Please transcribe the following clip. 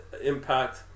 impact